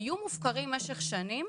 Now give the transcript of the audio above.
היו מופקרים במשך שנים.